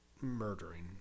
murdering